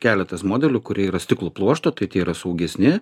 keletas modelių kurie yra stiklo pluošto tai yra saugesni